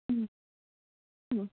হুম হুম